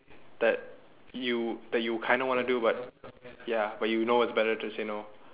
that you that you kind of want to do but ya but you know it's better to say no